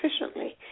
efficiently